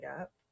up